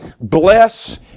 bless